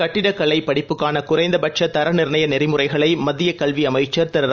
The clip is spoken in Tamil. கட்டிடக் கலைபடிப்புக்கானகுறைந்தபட்சதர நிர்ணய நெறிமுறைகளைமத்தியகல்விஅமைச்சர் திரு்